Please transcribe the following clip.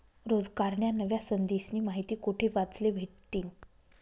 रोजगारन्या नव्या संधीस्नी माहिती कोठे वाचले भेटतीन?